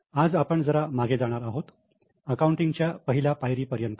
आज आपण जरा मागे जाणार आहोत अकाउंटिंगच्या पहिल्या पायरी पर्यंत